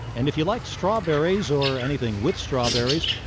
and if you like strawberries, or anything with strawberries,